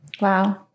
Wow